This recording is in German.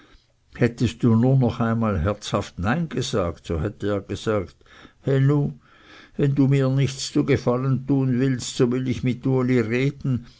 hättest du nur noch einmal herzhaft nein gesagt so hätte er gesagt he nun wenn du mir nichts zu gefallen tun willst so will ich mit uli reden